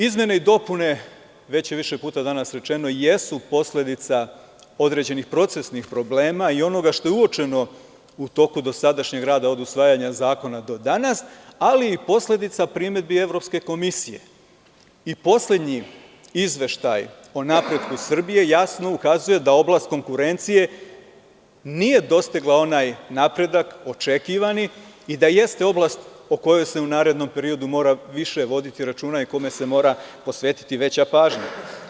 Izmene i dopune, već je više puta danas rečeno, jesu posledica određenih procesnih problema i onoga što je uočeno u toku dosadašnjeg rada od usvajanja zakona do danas, ali i posledica primedbi evropske komisije i poslednji izveštaj o napretku Srbije, jasno ukazuje da oblast konkurencije nije dostigla onaj napredak očekivani i da jeste oblast o kojoj se u narednom periodu mora više voditi računa, i kome se mora posvetiti veća pažnja.